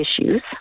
issues